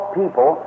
people